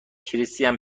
کریستین